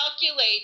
calculate